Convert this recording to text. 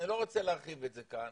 אני לא רוצה להרחיב את זה כאן,